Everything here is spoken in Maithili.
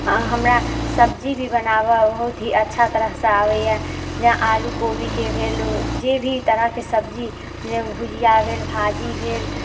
हमरा सब्जी भी बनाबऽ बहुत ही अच्छा तरहसँ आबैये जेना आलू कोबीके भेल जे भी तरहके सब्जी जेना भुजिआ भेल भाजी भेल